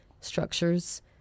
structures